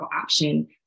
option